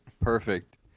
perfect